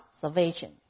salvation